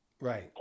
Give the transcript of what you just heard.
right